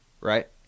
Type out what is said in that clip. Right